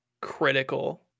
critical